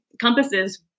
compasses